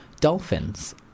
dolphins